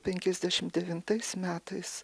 penkiasdešimt devintais metais